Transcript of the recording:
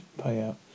payout